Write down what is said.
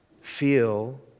feel